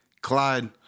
Clyde